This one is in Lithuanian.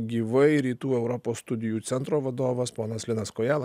gyvai rytų europos studijų centro vadovas ponas linas kojala